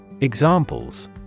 Examples